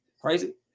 crazy